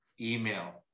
email